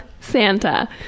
Santa